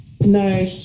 no